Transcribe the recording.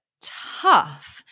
tough